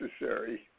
necessary